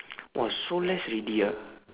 !wah! so less already ah